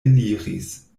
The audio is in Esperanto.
eliris